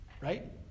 right